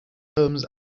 films